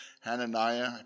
Hananiah